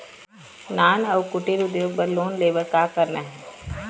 नान अउ कुटीर उद्योग बर लोन ले बर का करना हे?